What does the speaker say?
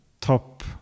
top